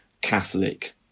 Catholic